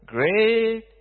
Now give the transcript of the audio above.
Great